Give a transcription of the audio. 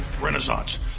renaissance